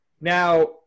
Now